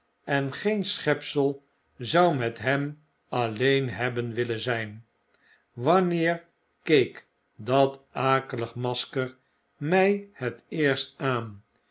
en geen schepsel zou met hem alleen hebben willen zyn wanneer keek dat akelig masker mij het eerst aan